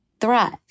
thrive